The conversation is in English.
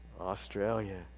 Australia